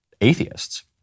atheists